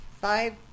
five